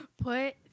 Put